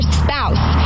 spouse